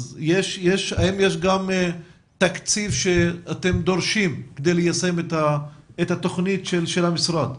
האם יש גם תקציב שאתם דורשים כדי ליישם את התוכנית של המשרד?